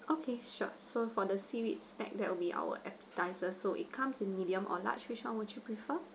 okay sure so for the seaweeds pack that will be our appetizer so it comes in medium or large which one would you prefer